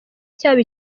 cyaba